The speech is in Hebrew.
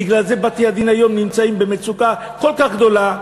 בגלל זה בתי-הדין היום נמצאים במצוקה כל כך גדולה,